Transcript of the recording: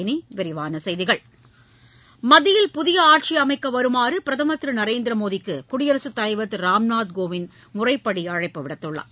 இனி விரிவான செய்திகள் மத்தியில் புதிய ஆட்சி அமைக்க வருமாறு பிரதமர் திரு நரேந்திர மோடிக்கு குடியரசு தலைவர் திரு ராம்நாத் கோவிந்த் முறைப்படி அழைப்பு விடுத்துள்ளார்